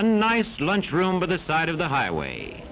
a nice lunch room by the side of the highway